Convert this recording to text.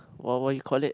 wha~ what you call it